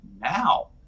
now